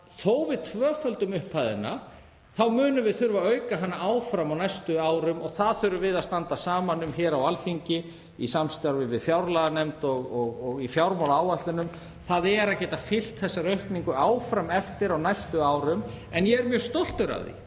að við tvöföldum upphæðina þá munum við þurfa að auka hana áfram á næstu árum. Við þurfum að standa saman um það hér á Alþingi, í samstarfi við fjárlaganefnd og í fjármálaáætlunum, að geta fylgt þessari aukningu áfram eftir á næstu árum. Ég er mjög stoltur af því